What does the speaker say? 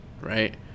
Right